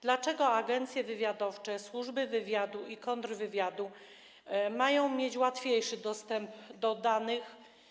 Dlaczego agencje wywiadowcze, służby wywiadu i kontrwywiadu mają mieć łatwiejszy dostęp do danych?